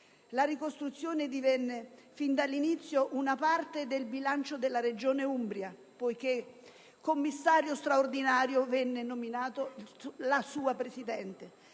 La ricostruzione divenne fin dall'inizio una parte del bilancio della Regione Umbria, poiché commissario straordinario venne nominata la sua Presidente,